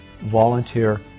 Volunteer